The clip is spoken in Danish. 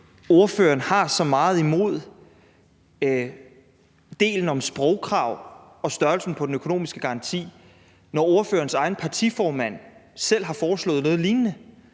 ordføreren har så meget imod de dele, der handler om sprogkrav og størrelsen på den økonomiske garanti, når egen partiformand selv har foreslået noget lignende.